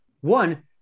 One